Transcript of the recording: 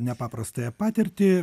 nepaprastąją patirtį